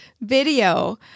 video